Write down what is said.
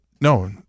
No